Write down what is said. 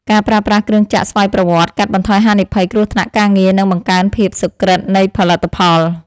ការប្រើប្រាស់គ្រឿងចក្រស្វ័យប្រវត្តិកាត់បន្ថយហានិភ័យគ្រោះថ្នាក់ការងារ និងបង្កើនភាពសុក្រឹតនៃផលិតផល។